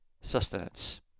sustenance